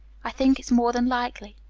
i think it's more than likely.